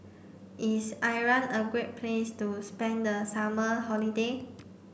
is Iran a great place to spend the summer holiday